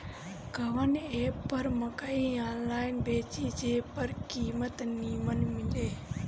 कवन एप पर मकई आनलाइन बेची जे पर कीमत नीमन मिले?